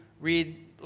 read